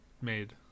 made